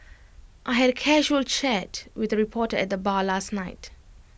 I had A casual chat with A reporter at the bar last night